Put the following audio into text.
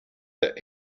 that